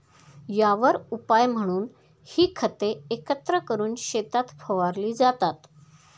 यावर उपाय म्हणून ही खते एकत्र करून शेतात फवारली जातात